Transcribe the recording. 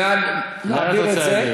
לאן את רוצה?